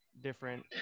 different –